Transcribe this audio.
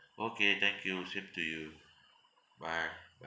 okay thank you same to you bye